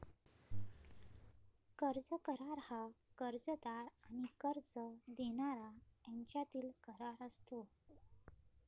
कर्ज करार हा कर्जदार आणि कर्ज देणारा यांच्यातील करार असतो